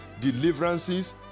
deliverances